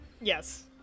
Yes